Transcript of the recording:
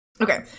Okay